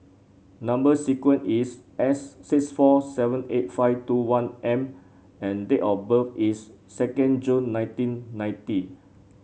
number sequence is S six four seven eight five two one M and date of birth is second June nineteen ninety